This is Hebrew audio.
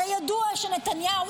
הרי ידוע שנתניהו,